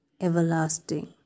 everlasting